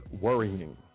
worrying